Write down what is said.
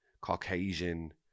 Caucasian